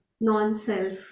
non-self